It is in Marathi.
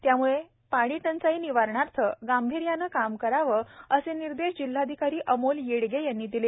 त्यामुळे याप्ढे टंचाई निवारणार्थ गांभिर्याने काम करावे असे निर्देश जिल्हाधिकारी अमोल येडगे यांनी दिले